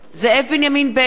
זאב בנימין בגין,